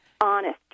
honest